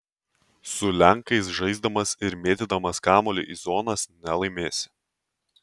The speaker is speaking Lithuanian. su lenkais žaisdamas ir mėtydamas kamuolį į zonas nelaimėsi